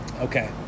Okay